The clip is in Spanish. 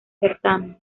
certamen